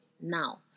now